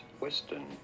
western